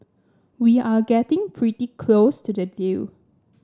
we are getting pretty close to the deal